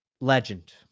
legend